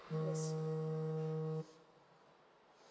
yes